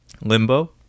Limbo